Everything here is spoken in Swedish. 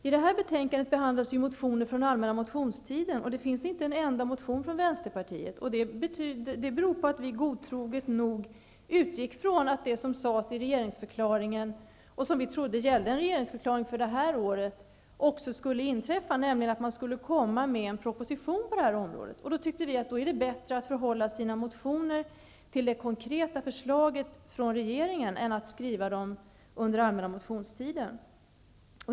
I det här betänkandet behandlas motioner från allmänna motionstiden. Det finns inte en enda motion från Vänsterpartiet. Det beror på att vi godtroget nog utgick från att det som sades i regeringsförklaringen -- och som vi trodde var en regeringsförklaring för det här året -- skulle inträffa, nämligen att man skulle komma med en proposition på det här området. Vi tyckte då att det var bättre att skriva motioner utifrån regeringens konkreta förslag än att göra det under allmänna motionstiden.